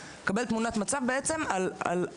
על איך הדברים קורים.